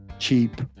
cheap